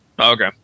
Okay